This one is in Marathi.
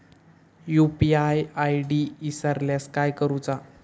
यू.पी.आय आय.डी इसरल्यास काय करुचा?